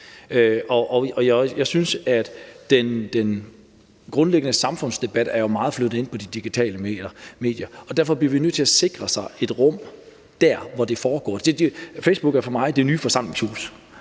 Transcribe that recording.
Jeg synes, at den grundlæggende samfundsdebat jo meget er flyttet ind på de digitale medier, og derfor bliver vi nødt til at sikre os et rum dér, hvor det foregår. Facebook er for mig det nye forsamlingshus,